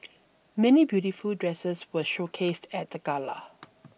many beautiful dresses were showcased at the gala